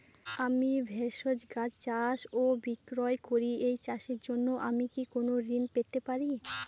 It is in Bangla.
আমি ভেষজ গাছ চাষ ও বিক্রয় করি এই চাষের জন্য আমি কি কোন ঋণ পেতে পারি?